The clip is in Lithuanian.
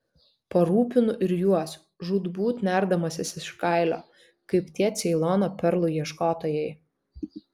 parūpinu ir juos žūtbūt nerdamasis iš kailio kaip tie ceilono perlų ieškotojai